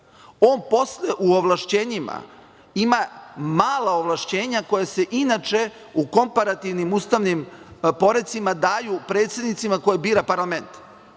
On posle u ovlašćenjima ima mala ovlašćenja koja se inače u komparativnim ustavnim porecima daju predsednicima koje bira parlament,